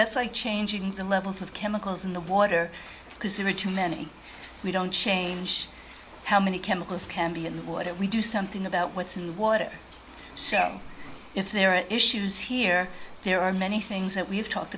that's like changing the levels of chemicals in the water because there are too many we don't change how many chemicals can be and what if we do something about what's in the water so if there are issues here there are many things that we've talked